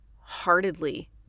heartedly